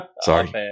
Sorry